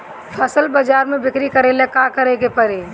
फसल बाजार मे बिक्री करेला का करेके परी?